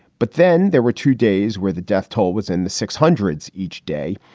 but then there were two days where the death toll was in the six hundreds each day,